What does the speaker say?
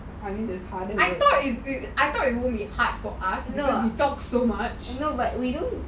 no but we don't